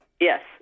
Yes